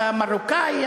אתה מרוקאי,